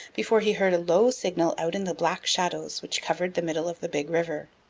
before he heard a low signal out in the black shadows which covered the middle of the big river.